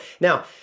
now